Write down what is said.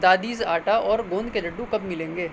دادیز آٹا اور گوند کے لڈو کب ملیں گے